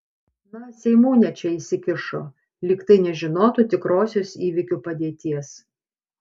na seimūnė čia įsikišo lyg tai nežinotų tikrosios įvykių padėties